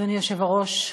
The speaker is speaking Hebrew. אדוני היושב-ראש,